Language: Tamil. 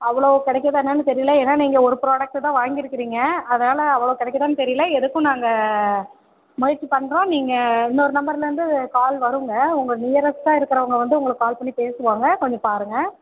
அவ்வளோ கிடைக்குதா என்னான்னு தெரியல ஏன்னா நீங்கள் ஒரு புரோடக்ட்டு தான் வாங்கிருக்கிறீங்க அதனால் அவ்வளோ கிடைக்குதான்னு தெரியல எதுக்கும் நாங்கள் முயற்சி பண்ணுறோம் நீங்கள் இன்னொரு நம்பர்லேருந்து கால் வருங்க உங்கள் நியரெஸ்ட்டாக இருக்கிறவங்க வந்து உங்களுக்கு கால் பண்ணி பேசுவாங்க கொஞ்சம் பாருங்கள்